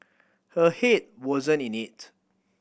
her head wasn't in it